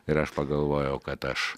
ir aš pagalvojau kad aš